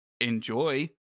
enjoy